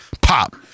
pop